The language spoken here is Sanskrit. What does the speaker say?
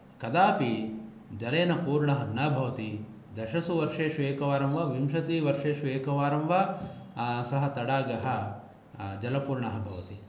कदापि जलेन पूर्णः न भवति दशसु वर्षेषु एकवारं वा विंशतिवर्षेषु एकवारं वा सः तडागः जलपूर्णः भवति